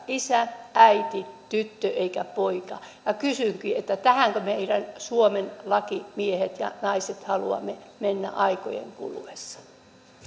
isä äiti tyttö eikä poika ja kysynkin tähänkö meidän suomen laki miehet ja naiset haluamme mennä aikojen kuluessa